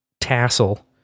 tassel